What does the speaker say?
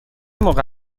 موقع